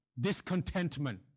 discontentment